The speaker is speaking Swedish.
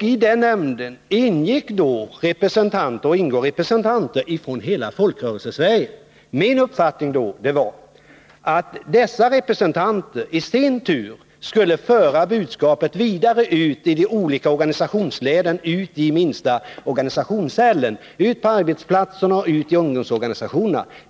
I denna nämnd ingår representanter från hela Folkrörelsesverige. Min uppfattning då var att dessa representanter i sin tur skulle föra budskapet vidare ut i de olika organisationsleden, ut i den minsta organisationscellen — ut på arbetsplatserna och ut i ungdomsorganisationerna.